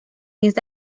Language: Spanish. esta